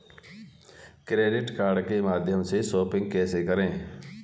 Credit card के माध्यम से शॉपिंग कैसे करें?